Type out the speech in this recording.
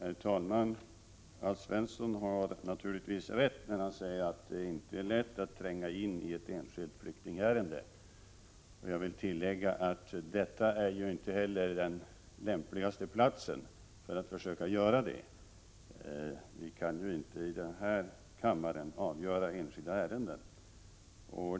Herr talman! Alf Svensson har naturligtvis rätt när han säger att det inte är lätt att tränga in i ett enskilt flyktingärende. Detta är heller inte den lämpligaste platsen att försöka göra det. Vi kan inte i denna kammare avgöra enskilda ärenden.